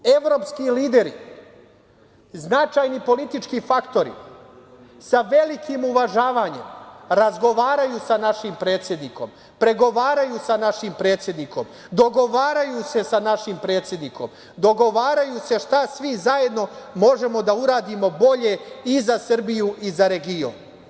Evropski lideri, značajni politički faktori, sa velikim uvažavanjem razgovaraju sa našim predsednikom, pregovaraju sa našim predsednikom, dogovaraju se sa našim predsednikom, dogovaraju se šta svi zajedno možemo da uradimo bolje i za Srbiju i za region.